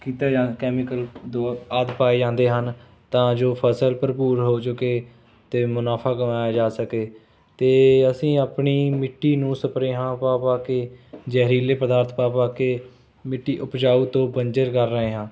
ਕੀਤੇ ਜਾਂ ਕੈਮੀਕਲ ਦ ਆਦਿ ਪਾਏ ਜਾਂਦੇ ਹਨ ਤਾਂ ਜੋ ਫ਼ਸਲ ਭਰਪੂਰ ਹੋ ਜੂਗੀ ਅਤੇ ਮੁਨਾਫ਼ਾ ਕਮਾਇਆ ਜਾ ਸਕੇ ਅਤੇ ਅਸੀਂ ਆਪਣੀ ਮਿੱਟੀ ਨੂੰ ਸਪਰੇਹਾਂ ਪਾ ਪਾ ਕੇ ਜ਼ਹਿਰੀਲੇ ਪਦਾਰਥ ਪਾ ਪਾ ਕੇ ਮਿੱਟੀ ਉਪਜਾਊ ਤੋਂ ਬੰਜਰ ਕਰ ਰਹੇ ਹਾਂ